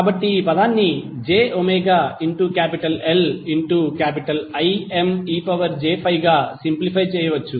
కాబట్టి ఈ పదాన్ని jωLImej∅ గా సింప్లిఫై చేయవచ్చు